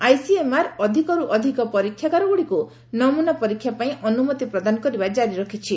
ICMR ଅଧିକରୁ ଅଧିକ ପରୀକ୍ଷାଗାରଗୁଡ଼ିକୁ ନମୁନା ପରୀକ୍ଷା ପାଇଁ ଅନୁମତି ପ୍ରଦାନ କରିବା ଜାରି ରଖିଛି